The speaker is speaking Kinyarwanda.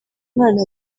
imana